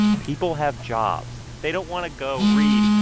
people have jobs. they don't want to go read,